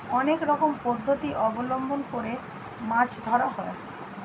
অনেক রকম পদ্ধতি অবলম্বন করে মাছ ধরা হয়